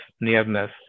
nearness